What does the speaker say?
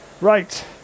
Right